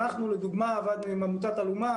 אנחנו לדוגמה עבדנו עם עמותת אלומה